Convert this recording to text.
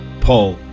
paul